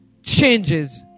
Changes